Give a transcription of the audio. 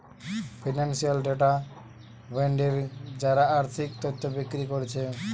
financial data vendor যারা আর্থিক তথ্য বিক্রি কোরছে